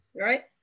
Right